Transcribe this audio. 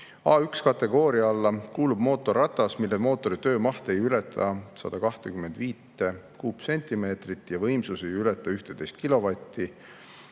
A1-kategooria alla kuulub mootorratas, mille mootori töömaht ei ületa 125 kuupsentimeetrit ja võimsus ei ületa 11